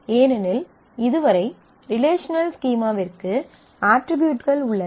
ஏனெனில் இதுவரை ரிலேஷனல் ஸ்கீமாவிற்கு அட்ரிபியூட்கள் உள்ளன